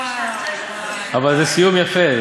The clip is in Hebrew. אבל זה סיום יפה,